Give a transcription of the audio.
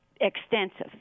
extensive